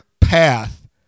path